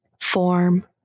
form